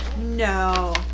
no